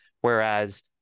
Whereas